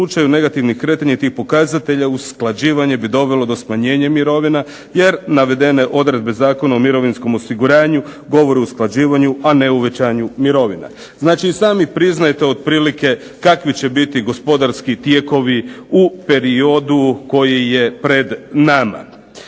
u slučaju negativnih kretanja tih pokazatelja usklađivanje bi dovelo do smanjenje mirovina. Jer navedene odredbe Zakona o mirovinskom osiguranju, govore o usklađivanju a ne o uvećanju mirovina". Znači i sami priznajete otprilike kakvi će biti gospodarski tijekovi u periodu koji je pred nama.